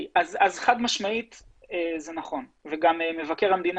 אז חד משמעית זה נכון וגם מבקר המדינה